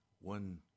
One